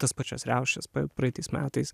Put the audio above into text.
tas pačias riaušes praeitais metais